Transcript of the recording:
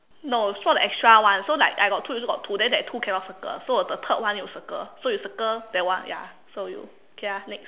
no so the extra one so like I got two you also got two then that two cannot circle so the third one you circle so you circle that one so you okay ah next